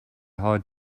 hard